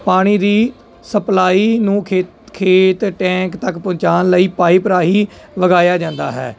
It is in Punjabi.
ਪਾਣੀ ਦੀ ਸਪਲਾਈ ਨੂੰ ਖੇਤ ਖੇਤ ਟੈਂਕ ਤੱਕ ਪਹੁੰਚਾਉਣ ਲਈ ਪਾਈਪ ਰਾਹੀਂ ਵਗਾਇਆ ਜਾਂਦਾ ਹੈ